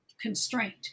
constraint